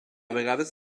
vegades